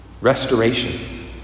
Restoration